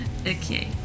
Okay